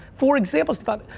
for example, stephano,